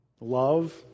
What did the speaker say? love